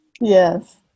Yes